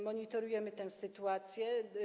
Monitorujemy tę sytuację.